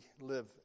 live